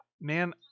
man